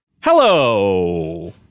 Hello